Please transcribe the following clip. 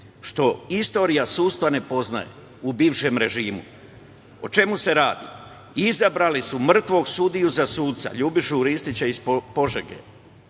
što istorija sudstva ne poznaje, u bivšem režimu. O čemu se radi? Izabrali su mrtvog sudiju za suca, Ljubišu Ristića iz Požege.